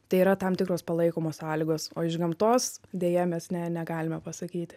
tai yra tam tikros palaikomos sąlygos o iš gamtos deja mes ne negalime pasakyti